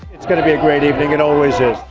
it's gonna be a great evening. it always is.